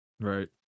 Right